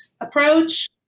approach